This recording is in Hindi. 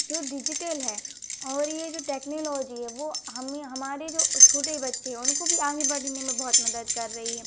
जो डिजिटल है और ये जो टेक्नोलॉजी है वो हमें हमारे जो छोटे बच्चे हैं उनको भी आगे बढ़ने में बहुत मदद कर रही है